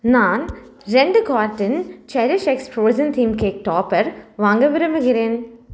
நான் ரெண்டு carton cherish X frozen theme cake topper வாங்க விரும்புகிறேன்